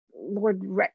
Lord